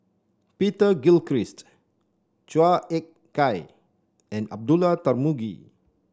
Peter Gilchrist Chua Ek Kay and Abdullah Tarmugi